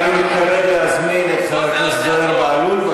אני מתכבד להזמין את חבר הכנסת זוהיר בהלול.